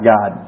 God